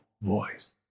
voice